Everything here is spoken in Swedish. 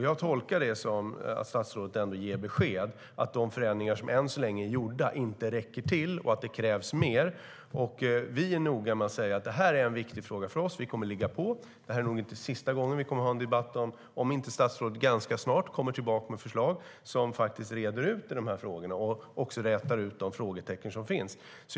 Jag tolkar det som att statsrådet ändå ger besked om att de förändringar som än så länge är gjorda inte räcker till och att det krävs mer. Vi är noga med att säga att detta är en viktig fråga för oss. Vi kommer att ligga på. Det är nog inte sista gången vi debatterar detta, om inte statsrådet ganska snart kommer tillbaka med förslag som reder ut detta och rätar ut de frågetecken som finns.